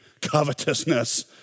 covetousness